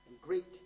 Greek